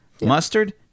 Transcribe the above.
Mustard